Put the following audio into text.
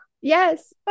Yes